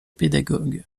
pédagogue